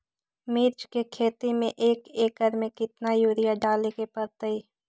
मिर्च के खेती में एक एकर में कितना यूरिया डाले के परतई?